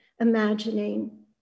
imagining